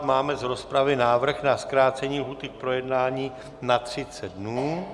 Máme z rozpravy návrh na zkrácení lhůty k projednání na 30 dnů.